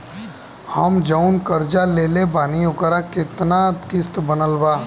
हम जऊन कर्जा लेले बानी ओकर केतना किश्त बनल बा?